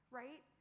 right